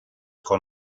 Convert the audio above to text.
con